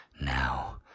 Now